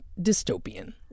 dystopian